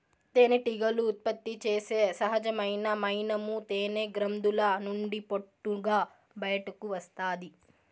తేనెటీగలు ఉత్పత్తి చేసే సహజమైన మైనము తేనె గ్రంధుల నుండి పొట్టుగా బయటకు వస్తాది